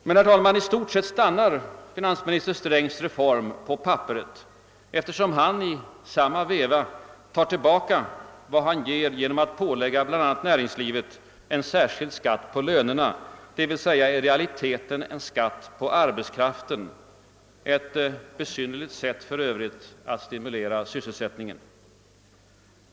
Men, herr talman, i stort sett stannar finansminister Strängs reform på papperet, eftersom han »i samma veva» tar tillbaka vad han ger genom att pålägga bl.a. näringslivet en särskild skatt på lönerna, dvs. i realiteten en skatt på arbetskraften — ett besynnerligt sätt för övrigt att stimulera sysselsättningen.